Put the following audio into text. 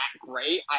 great